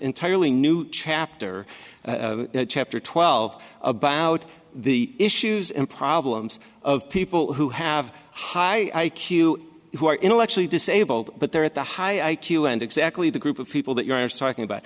entirely new chapter chapter twelve about the issues and problems of people who have high q who are intellectually disabled but they're at the high end exactly the group of people that you are psyching about